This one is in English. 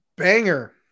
Banger